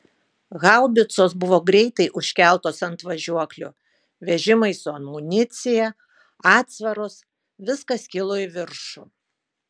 haubicos buvo greitai užkeltos ant važiuoklių vežimai su amunicija atsvaros viskas kilo į viršų